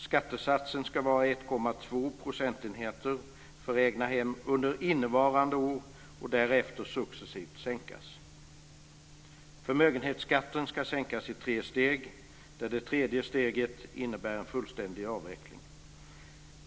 Skattesatsen ska vara 1,2 procentenheter för egnahem under innevarande år och därefter successivt sänkas. Förmögenhetsskatten ska sänkas i tre steg, där det tredje steget innebär en fullständig avveckling.